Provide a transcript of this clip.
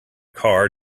car